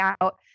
out